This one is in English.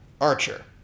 Archer